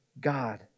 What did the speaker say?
God